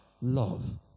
Love